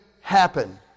happen